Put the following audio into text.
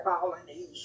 colonies